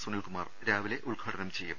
സു നിൽകുമാർ രാവിലെ ഉദ്ഘാടനം ചെയ്യും